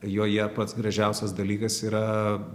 joje pats gražiausias dalykas yra